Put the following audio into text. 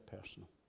personal